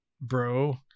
bro